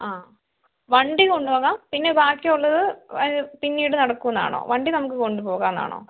ആ വണ്ടി കൊണ്ടുപോകാം പിന്നെ ബാക്കിയുള്ളത് അത് പിന്നീട് നടക്കുമെന്നാണോ വണ്ടി നമുക്ക് കൊണ്ടുപോകാമെന്നാണോ